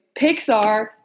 Pixar